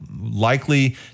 likely